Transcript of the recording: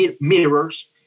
mirrors